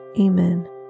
Amen